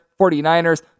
49ers